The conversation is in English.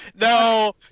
no